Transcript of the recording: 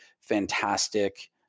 fantastic